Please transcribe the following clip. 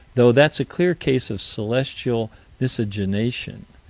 though that's a clear case of celestial miscegenation,